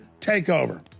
takeover